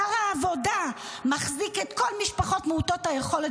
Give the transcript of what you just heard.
שר העבודה מחזיק את כל המשפחות מעוטות היכולת